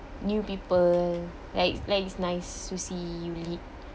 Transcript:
new people like like nice should see you lead